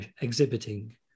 exhibiting